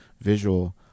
visual